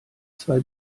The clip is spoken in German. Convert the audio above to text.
zwei